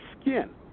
skin